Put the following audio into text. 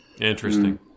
Interesting